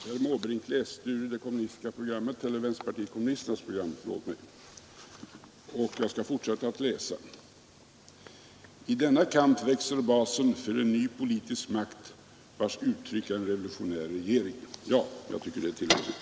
Herr talman! Herr Måbrink läste ur vänsterpartiet kommunisternas program, och jag skall fortsätta att läsa: ”I denna kamp växer basen för en ny politisk makt, vars uttryck är en revolutionär regering.” Jag tycker det är tillräckligt.